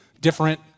different